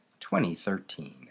2013